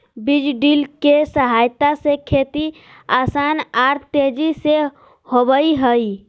बीज ड्रिल के सहायता से खेती आसान आर तेजी से होबई हई